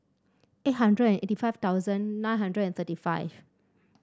eight hundred eighty five thousand nine hundred thirty five